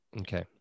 Okay